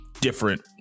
different